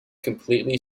completely